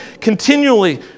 continually